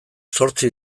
zortzi